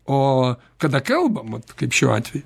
o kada kalbam kaip šiuo atveju